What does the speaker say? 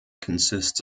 consists